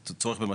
זה היה חלק ויצא?